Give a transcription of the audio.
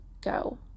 go